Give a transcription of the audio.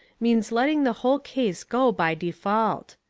means letting the whole case go by default.